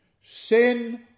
Sin